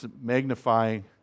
magnifying